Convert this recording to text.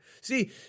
See